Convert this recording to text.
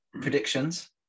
predictions